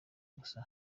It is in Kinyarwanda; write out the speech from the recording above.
gusa